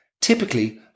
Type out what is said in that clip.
typically